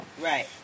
Right